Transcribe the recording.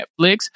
Netflix